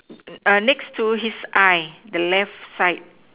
uh next to his eye the left side